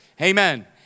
Amen